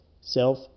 self